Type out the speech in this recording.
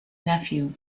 nephew